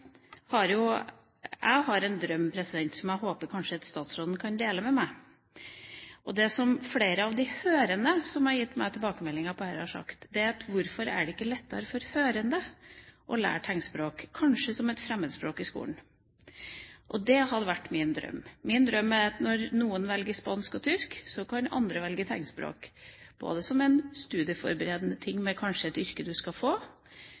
jeg håper at statsråden kanskje kan dele med meg. Flere hørende som har gitt meg tilbakemeldinger om dette, har sagt: Hvorfor er det ikke lettere for hørende å lære tegnspråk, kanskje ha det som et fremmedspråk i skolen? Det er min drøm. Min drøm er at når noen velger spansk og tysk, så kan andre velge tegnspråk som et studieforberedende fag, kanskje i forbindelse med et yrke man skal få,